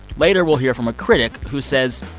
later, we'll hear from a critic who says,